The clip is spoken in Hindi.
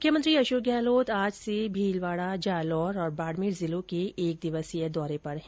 मुख्यमंत्री अशोक गहलोत आज से भीलवाड़ा जालोर और बाड़मेर जिलों के एक दिवसीय दौरे पर है